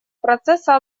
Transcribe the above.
процесса